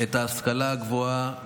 את ההשכלה הגבוהה